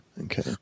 Okay